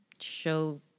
show